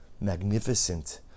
magnificent